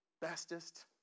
bestest